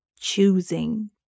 choosing